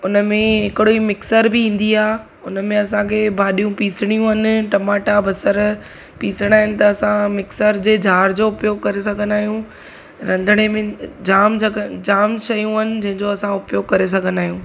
उनमें हिकिड़ो ई मिक्सर बि ईंदी आहे उनमें असांखे भाॼियूं पीसणियूं आहिनि टमाटा बसर पीसणा आहिनि त असां मिक्सर जे जार जो उपयोगु करे सघंदा आहियूं रंधिणे में जाम जॻह जाम शयूं आहिनि जंहिंजो असां उपयोगु करे सघंदा आहियूं